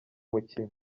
mukino